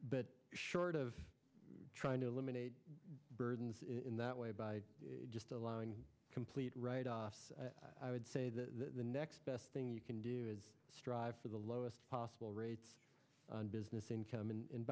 but short of trying to eliminate burdens in that way by just allowing a complete right i would say that the next best thing you can do is strive for the lowest possible rates business income and